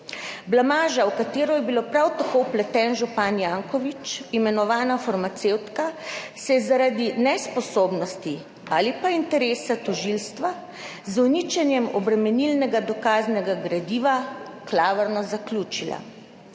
Blamaža, v katero je bil prav tako vpleten župan Janković, imenovana farmacevtka, se je zaradi nesposobnosti ali pa interesa tožilstva z uničenjem obremenilnega dokaznega gradiva klavrno zaključila.